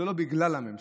זה לא בגלל הממשלה,